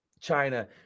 China